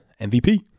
MVP